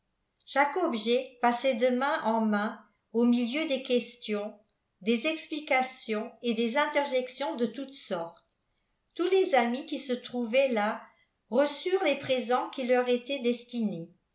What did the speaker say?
chaque objet passait de main en main au milieu des questions des explications et des interjections de toute sorte tous les amis qui se trouvaient là reçurent les présents qui leur étaient destinés